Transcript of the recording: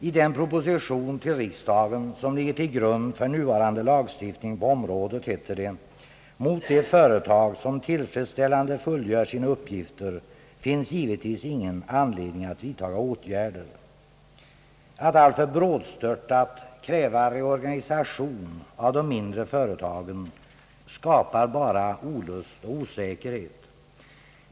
I den proposition till riksdagen, som ligger till grund för nuvarande lagstiftning på området, heter det: »Mot de företag, som tillfredsställande fullgör sina uppgifter, finns givetvis ingen anledning att vidtaga åtgärder.» Att alltför brådstörtat kräva reorganisation av de mindre företagen skapar bara olust och osäkerhet.